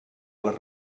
les